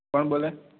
કોણ બોલે